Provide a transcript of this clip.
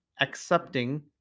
accepting